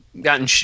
gotten